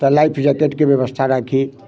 तऽ लाइफ जैकेटके व्यवस्था राखी